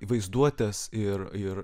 vaizduotės ir ir